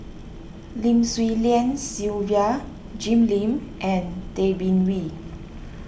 Lim Swee Lian Sylvia Jim Lim and Tay Bin Wee